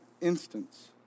instance